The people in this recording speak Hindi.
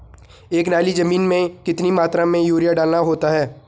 एक नाली जमीन में कितनी मात्रा में यूरिया डालना होता है?